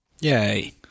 Yay